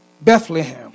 Bethlehem